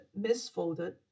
misfolded